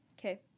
Okay